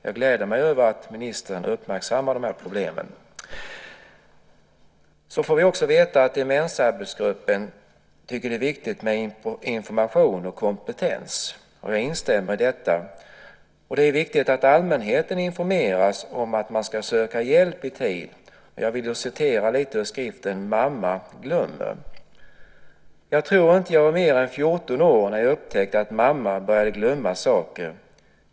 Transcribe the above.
Jag gläder mig över att ministern uppmärksammar problemen. Vi får också veta att demensarbetsgruppen tycker att det är viktigt med information och kompetens. Jag instämmer i detta. Det är viktigt att allmänheten informeras om att man ska söka hjälp i tid. Jag ska citera lite ur skriften Mamma glömmer : "Jag tror inte att jag var mer än 14 år när jag upptäckte att mamma började glömma saker.